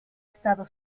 estado